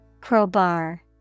Crowbar